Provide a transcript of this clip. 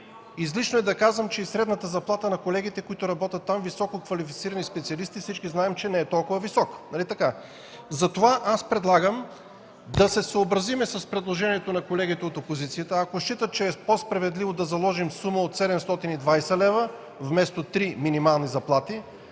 Излишно е да казвам, че и средната заплата на колегите, които работят там, високо квалифицирани специалисти – всички знаем, не е толкова висока. Нали така? (Шум и реплики от ГЕРБ.) Затова предлагам да се съобразим с предложението на колегите от опозицията. Ако считат, че е по-справедливо да заложим сума от 720 лв., вместо три минимални заплати...